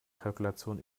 kalkulation